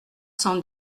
cent